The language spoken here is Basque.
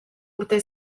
urte